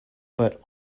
but